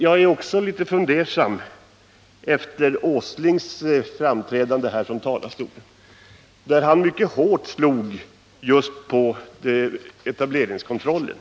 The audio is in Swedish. Jag är också litet fundersam efter Nils Åslings framträdande i talarstolen, då han mycket hårt slog just på etableringskontrollen.